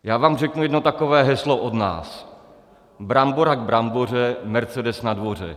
Já vám řeknu jedno takové heslo od nás: Brambora k bramboře, mercedes na dvoře.